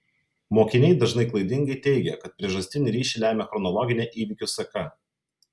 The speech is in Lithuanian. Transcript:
mokiniai dažnai klaidingai teigia kad priežastinį ryšį lemia chronologinė įvykių seka